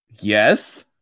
yes